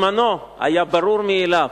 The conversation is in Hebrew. בעבר היה ברור מאליו